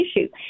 issue